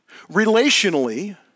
Relationally